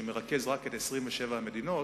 שמרכז רק את 27 המדינות,